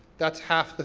that's half,